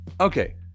Okay